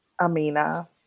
Amina